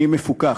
אני מפוכח.